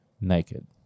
Naked